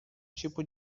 tipo